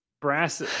brass